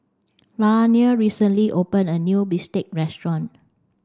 Lainey recently opened a new Bistake Restaurant